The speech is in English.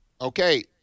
Okay